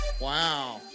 Wow